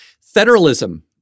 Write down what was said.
federalism